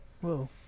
Whoa